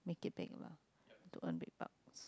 make it big lah to earn big bucks